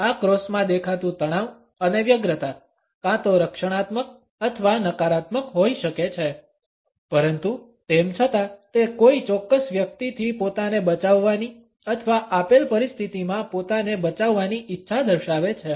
આ ક્રોસમાં દેખાતું તણાવ અને વ્યગ્રતા કાં તો રક્ષણાત્મક અથવા નકારાત્મક હોઈ શકે છે પરંતુ તેમ છતાં તે કોઈ ચોક્કસ વ્યક્તિથી પોતાને બચાવવાની અથવા આપેલ પરિસ્થિતિમાં પોતાને બચાવવાની ઇચ્છા દર્શાવે છે